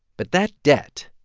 but that debt,